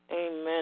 Amen